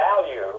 value